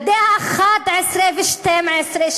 בני ה-11 וה-12,